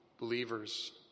believers